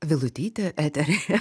vilutytė eteryje